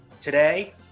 today